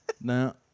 No